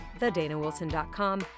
thedanawilson.com